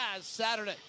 Saturday